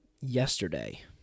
yesterday